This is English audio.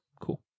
Cool